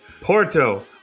Porto